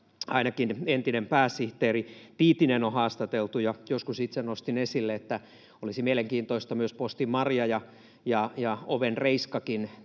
ainakin entinen pääsihteeri Tiitinen on haastateltu, ja joskus itse nostin esille, että olisi mielenkiintoista myös postin Marja ja oven Reiskakin tähän